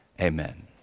Amen